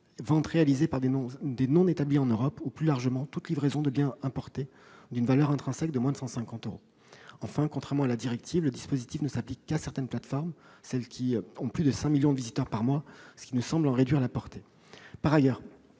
ventes réalisées par des non établis en Europe ou, plus largement, de toute livraison de biens importés d'une valeur intrinsèque de moins de 150 euros. Contrairement à la directive, le dispositif ne s'applique qu'à certaines plateformes, en l'occurrence celles qui ont plus de 5 millions de visiteurs par mois. Cela nous semble en réduire la portée. Par ailleurs,